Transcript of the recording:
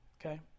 okay